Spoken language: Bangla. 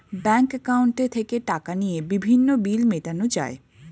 ব্যাংক অ্যাকাউন্টে থেকে টাকা নিয়ে বিভিন্ন বিল মেটানো যায়